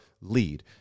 lead